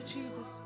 Jesus